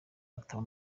ataba